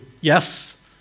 yes